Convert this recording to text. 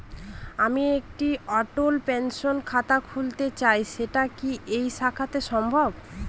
আমি একটি অটল পেনশন খাতা খুলতে চাই সেটা কি এই শাখাতে সম্ভব?